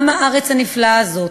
עַם הארץ הנפלאה הזאת,